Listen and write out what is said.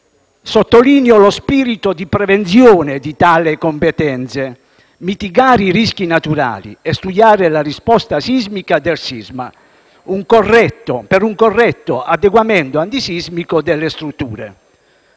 Sottolineo lo spirito di tali prevenzione di tali competenze: mitigare i rischi naturali e studiare la risposta sismica del sisma per un corretto adeguamento antisismico delle strutture.